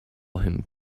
him